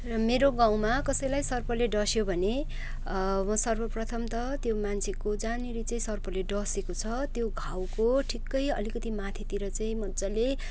र मेरो गाउँमा कसैलाई सर्पले डस्यो भने म सर्वप्रथम त त्यो मान्छेको जहाँनिर चाहिँ सर्पले डसेको छ त्यो घाउको ठिक्कै अलिकिति माथितिर चाहिँ मज्जाले